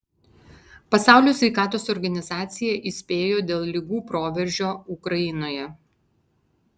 pasaulio sveikatos organizacija įspėjo dėl ligų proveržio ukrainoje